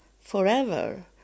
forever